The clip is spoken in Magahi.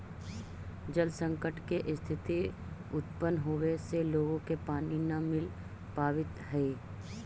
जल संकट के स्थिति उत्पन्न होवे से लोग के पानी न मिल पावित हई